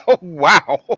wow